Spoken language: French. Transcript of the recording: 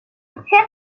certains